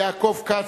יעקב כץ,